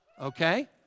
okay